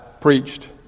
preached